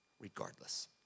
regardless